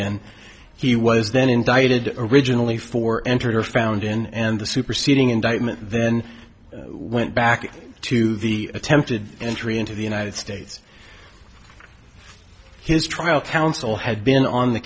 in he was then indicted originally for entry or found in and the superseding indictment then went back to the attempted entry into the united states his trial counsel had been on the